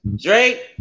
Drake